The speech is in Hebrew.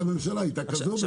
לכן החלטת הממשלה הייתה כזו.